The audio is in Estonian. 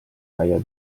aia